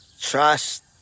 trust